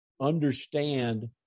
understand